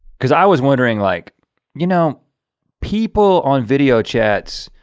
because i was wondering, like you know people on video chats,